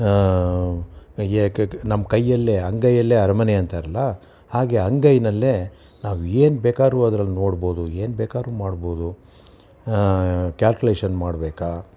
ಯಾಕೆ ನಮ್ಮ ಕೈಯಲ್ಲೇ ಅಂಗೈಯಲ್ಲೇ ಅರಮನೆ ಅಂತಾರಲ್ಲ ಹಾಗೆ ಅಂಗೈಯಲ್ಲೇ ನಾವು ಏನು ಬೇಕಾದ್ರೂ ಅದ್ರಲ್ಲಿ ನೋಡ್ಬೋದು ಏನು ಬೇಕಾದ್ರು ಮಾಡ್ಬೋದು ಕ್ಯಾಲ್ಕ್ಯುಲೇಷನ್ ಮಾಡಬೇಕಾ